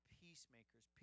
peacemakers